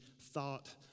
thought